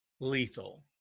lethal